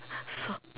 so